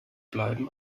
bleiben